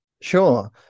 Sure